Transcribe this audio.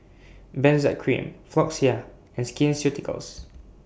Benzac Cream Floxia and Skin Ceuticals